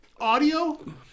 Audio